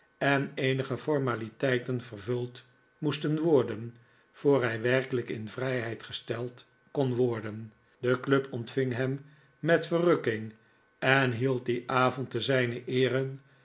en eenige formaliteiten vervuld moesten worden voor hij werkelijk in vrijheid gesteld kon worden de club ontving hem met verrukking en hield dien avond te zijner eere